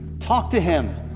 talk to him.